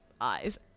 eyes